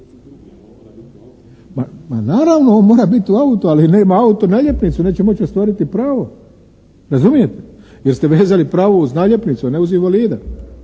Ma naravno on mora biti u autu, ali nema auto naljepnicu, neće moći ostvariti pravo. Razumijete? Jer ste vezali pravo uz naljepnicu, a ne uz invalida